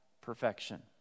perfection